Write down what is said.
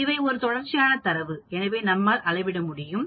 இவை ஒரு தொடர்ச்சியான தரவு எனவே நம்மால் அளவிட முடியும்